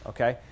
Okay